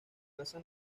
casa